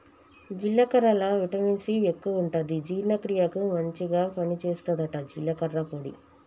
జీలకర్రల vitamin C ఎక్కువుంటది జీర్ణ క్రియకు మంచిగ పని చేస్తదట జీలకర్ర పొడి